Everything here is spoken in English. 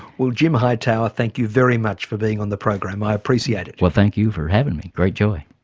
well jim hightower thank you very much for being on the program. i appreciate it. well thank you for having me. a great joy.